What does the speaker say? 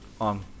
on